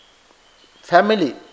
family